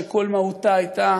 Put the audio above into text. שכל מהותה הייתה